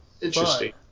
interesting